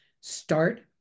start